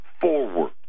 forward